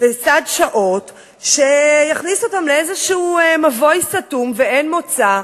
לסד שעות שיכניס אותם לאיזה מבוי סתום, ואין מוצא.